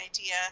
idea